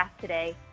today